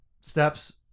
steps